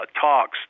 talks